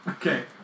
Okay